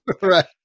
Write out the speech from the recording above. right